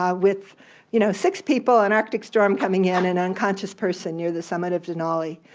um with you know six people, an arctic storm coming in, and a unconscious person near the summit of denali.